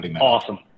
awesome